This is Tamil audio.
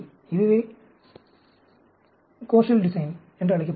இது கோஷல் டிசைன் என்று அழைக்கப்படுகிறது